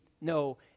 no